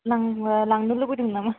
लांनो लुबैदों नामा